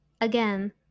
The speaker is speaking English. again